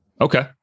Okay